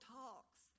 talks